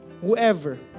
Whoever